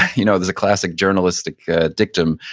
you know there's a classic journalistic dictum.